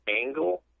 angle